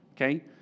Okay